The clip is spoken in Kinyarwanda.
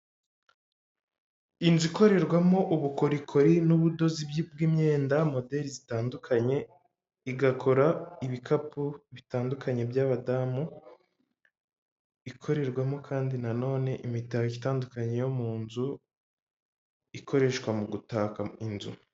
Inzu ikorerwamo ubukorikori n'ubudozi bw'imyenda moderi zitandukanye igakora ibikapu bitandukanye by'abadamu ikorerwamo kandi nanone imitako itandukanye yo mu nzu ikoreshwa mu gutaka inzu.